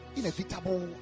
inevitable